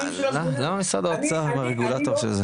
למה משרד האוצר הם הרגולטור של זה?